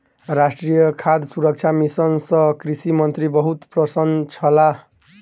राष्ट्रीय खाद्य सुरक्षा मिशन सँ कृषि मंत्री बहुत प्रसन्न छलाह